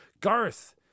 Garth